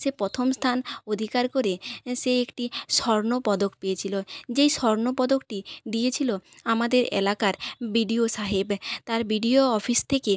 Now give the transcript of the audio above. সে প্রথম স্থান অধিকার করে সে একটি স্বর্ণপদক পেয়েছিল যেই স্বর্ণপদকটি দিয়েছিল আমাদের এলাকার বি ডি ও সাহেব তার বি ডি ও অফিস থেকে